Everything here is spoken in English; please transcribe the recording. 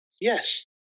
Yes